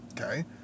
okay